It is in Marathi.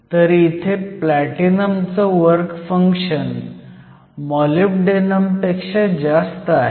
तर इथे प्लॅटिनमचं वर्क फंक्शन मॉलिब्डेनम पेक्षा जास्त आहे